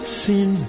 seen